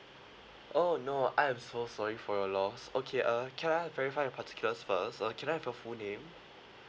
oh no I'm so sorry for your loss okay uh can I verify your particulars first uh can I have your full name